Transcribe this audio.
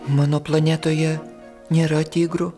mano planetoje nėra tigrų